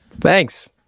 thanks